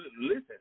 Listen